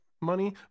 money